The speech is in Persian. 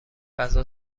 غذا